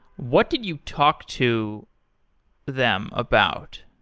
what did you talk to them about?